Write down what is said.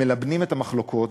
מלבנים את המחלוקות,